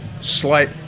slight